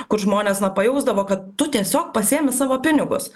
kur žmonės na pajausdavo kad tu tiesiog pasiimi savo pinigus